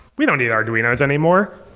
we don't need arduinos anymore.